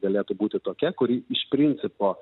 galėtų būti tokia kuri iš principo